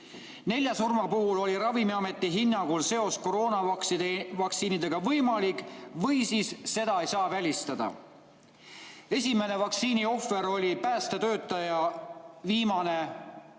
Nelja surma puhul oli Ravimiameti hinnangul seos koroonavaktsiiniga võimalik või seda ei saanud välistada. Esimene vaktsiiniohver oli päästetöötaja, viimane üle